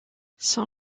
son